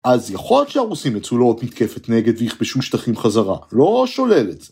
‫אז יכול להיות שהרוסים ייצאו לעוד ‫מתקפת נגד ויכבשו שטחים חזרה. ‫לא שולל את זה.